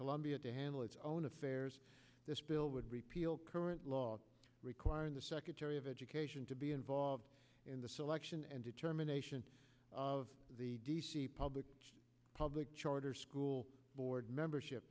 columbia to handle its own affairs this bill would repeal current law requiring the secretary of education to be involved in the selection and determination of the public public charter school board membership